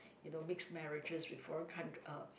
you know mix marriages with foreign coun~ uh